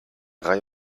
reihe